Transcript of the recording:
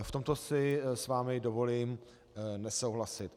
V tomto si s vámi dovolím nesouhlasit.